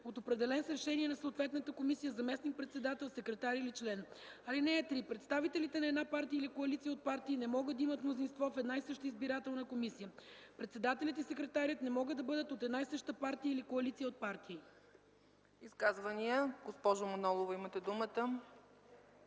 от определен с решение на съответната комисия заместник-председател, секретар или член. (3) Председателите на една партия или коалиция от партии не могат да имат мнозинство в една и съща избирателна комисия. Председателят и секретарят не могат да бъдат от една и съща партия или коалиции от партии.” ПРЕДСЕДАТЕЛ ЦЕЦКА ЦАЧЕВА: Изказвания? Госпожо Манолова, имате думата.